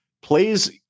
plays